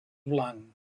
blanc